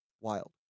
wild